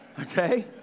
okay